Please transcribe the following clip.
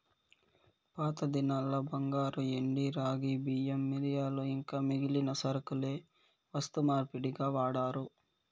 పాతదినాల్ల బంగారు, ఎండి, రాగి, బియ్యం, మిరియాలు ఇంకా మిగిలిన సరకులే వస్తు మార్పిడిగా వాడారు